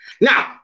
Now